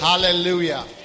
Hallelujah